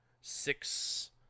six